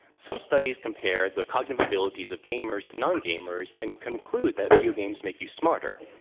some studies compared the cognitive abilities of gamers to non-gamers and conclude that video games make you smarter.